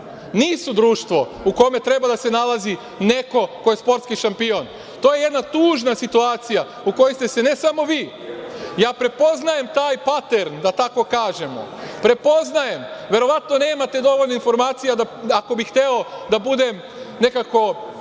nisu društvo u kome treba da se nalazi neko ko je sportski šampion. To je jedna tužna situacija u kojoj ste se ne samo vi, ja prepoznajem taj patern, da tako kažemo, prepoznajem, verovatno nemate dovoljno informacija, ako bih hteo da budem nekako